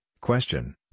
Question